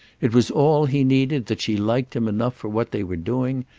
it was all he needed that she liked him enough for what they were doing,